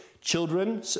Children